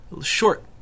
short